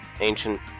ancient